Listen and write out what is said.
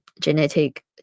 genetic